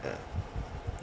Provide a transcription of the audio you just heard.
ya